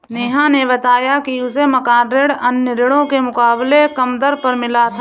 नेहा ने बताया कि उसे मकान ऋण अन्य ऋणों के मुकाबले कम दर पर मिला था